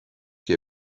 qui